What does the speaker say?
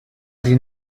die